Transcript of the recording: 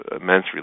immense